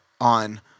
on